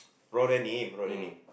raw denim raw denim